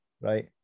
right